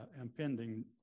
impending